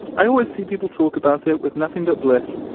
i always see people talk about it with nothing but bliss.